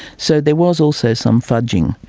so there was also some fudging.